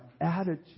attitude